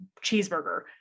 cheeseburger